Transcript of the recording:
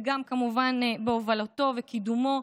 וגם כמובן בהובלתו ובקידומו.